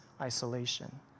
isolation